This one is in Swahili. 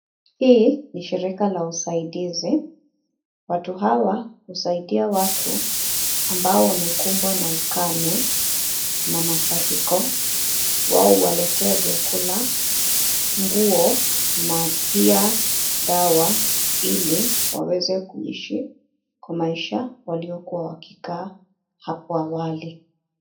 Hii ni shirika la usaidizi. Watu hawa husaidia watu ambao wamekumbwa na ukame na mafuriko. Wao huwaletea vyakula, nguo na pia dawa iliwaweze kuishi kwa maisha waliokuwa wakikaa hapo awali.